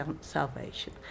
salvation